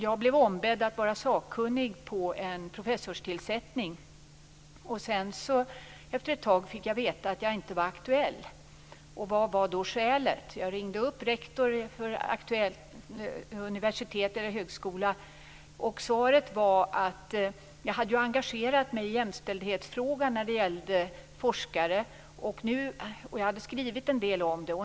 Jag blev ombedd att vara sakkunnig vid en professurtillsättning, men efter ett tag fick jag veta att jag inte längre var aktuell. Vilket var då skälet? Jag ringde upp rektorn vid skolan. Svaret var att jag ju hade engagerat mig i jämställdhetsfrågan när det gällde forskare och skrivit en del om det.